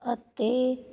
ਅਤੇ